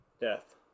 death